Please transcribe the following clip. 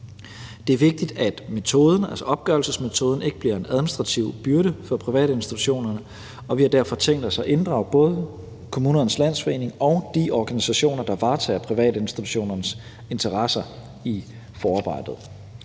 Det er vigtigt, at opgørelsesmetoden ikke bliver en administrativ byrde for privatinstitutionerne, og vi har derfor tænkt os at inddrage både Kommunernes Landsforening og de organisationer, der varetager privatinstitutionernes interesser, i forarbejdet.